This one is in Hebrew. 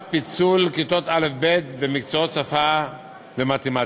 פיצול כיתות א'-ב' במקצועות שפה ומתמטיקה.